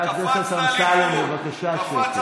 אי-אפשר לנהל שיח, אז בבקשה, למה, הוא לא קנגורו?